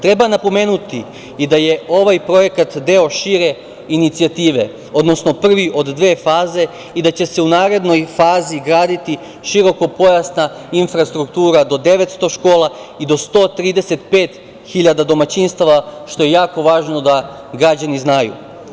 Treba napomenuti i da je ovaj projekat deo šire inicijative, odnosno prvi od dve faze i da će se u narednoj fazi graditi širokopojasna infrastruktura do 900 škola i do 135.000 domaćinstava, što je jako važno da građani znaju.